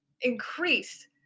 increase